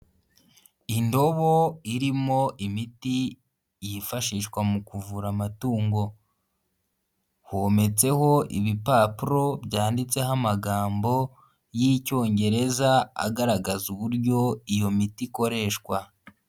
Indobo irimo imiti yifashishwa mu kuvura amatungo. Hometseho ibipapuro byanditseho amagambo y'icyongereza, agaragaza uburyo iyo miti ikoreshwa.